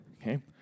okay